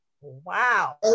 wow